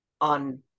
on